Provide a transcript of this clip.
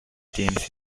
teams